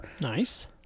Nice